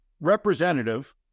Representative